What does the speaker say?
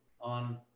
on